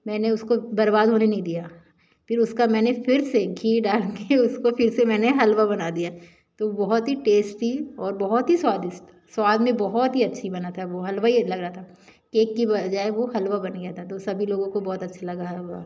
मैंने उसको बर्बाद होने नई दिया फिर उसका मैंने फिर से घी डाल के उसकाे फिर से मैंने हलवा बना दिया तो बहुत ही ही टेस्टी और बहुत ही स्वादिष्ट स्वाद में बहुत ही अच्छी बना था वो हलवा ही लग रहा था केक कि बजाय वो हलवा बन गया था तो सभी लाेगों को बहुत अच्छा लगा हलवा